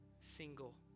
single